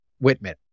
Whitman